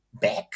back